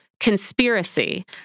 conspiracy